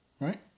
Right